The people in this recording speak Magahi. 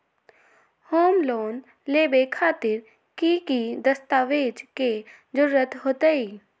होम लोन लेबे खातिर की की दस्तावेज के जरूरत होतई?